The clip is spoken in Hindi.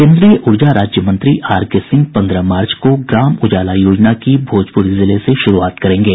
केन्द्रीय ऊर्जा राज्य मंत्री आर के सिंह पन्द्रह मार्च को ग्राम उजाला योजना की भोजपुर जिले से शुरूआत करेंगे